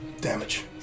damage